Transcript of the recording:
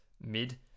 mid